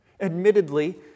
Admittedly